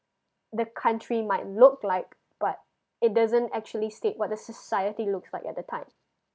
the country might look like but it doesn't actually state what the society looks like at that time